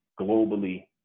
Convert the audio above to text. globally